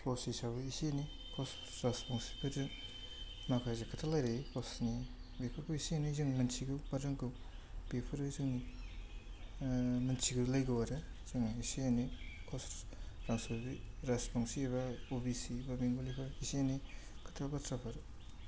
close हिसाबै एसे एनै कस राजबंसिफोरजों माखासे खोथा रायलायो गावसिनि बेफोरखौ एसे एनै जों मिन्थिगौ बा रोंगौ बेफोरो जोंनि मिन्थिलायगौ आरो जोङो एसे एनै कस राजबंसि राजबंसि बा अ बि सि बा बेंगलिफोर एसे एनै खोथा बाथ्राफोर